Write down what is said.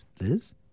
Liz